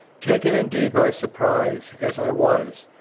taken indeed by surprise, as i was,